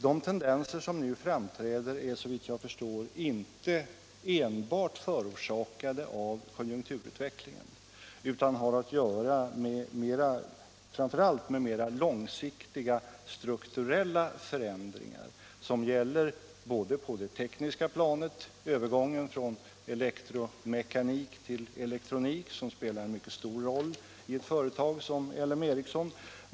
De tendenser som nu framträder är såvitt jag förstår inte enbart förorsakade av konjunkturutvecklingen. De har att göra framför allt med mera långsiktiga strukturella förändringar på det tekniska planet. Övergången från elektromekanik till elektronik spelar en mycket stor roll för ett företag som LM Ericsson.